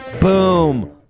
boom